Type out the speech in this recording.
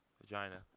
vagina